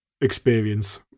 experience